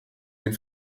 den